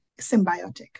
symbiotic